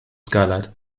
skylight